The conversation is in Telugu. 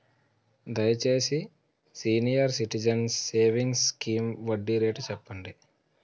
దయచేసి సీనియర్ సిటిజన్స్ సేవింగ్స్ స్కీమ్ వడ్డీ రేటు చెప్పండి